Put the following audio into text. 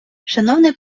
шановний